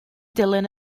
dilyn